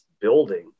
building